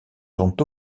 sont